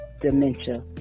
dementia